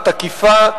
התקיפה,